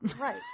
right